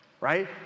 right